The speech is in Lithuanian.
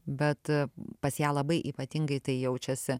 bet pas ją labai ypatingai tai jaučiasi